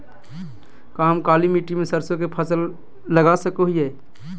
का हम काली मिट्टी में सरसों के फसल लगा सको हीयय?